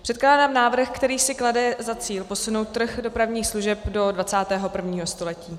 Předkládám návrh, který si klade za cíl posunout trh dopravních služeb do 21. století.